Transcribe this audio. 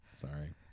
Sorry